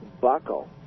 buckle